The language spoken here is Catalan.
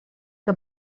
que